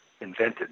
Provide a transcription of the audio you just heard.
invented